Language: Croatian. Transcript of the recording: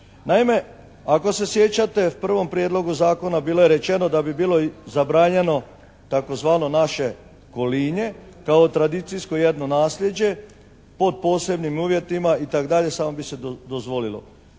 Naime, ako se sjećate u prvom prijedlogu zakona bilo je rečeno da bi bilo zabranjeno tzv. naše kolinje kao tradicijsko jedno naslijeđe, pod posebnim uvjetima itd. samo bi se dozvolilo.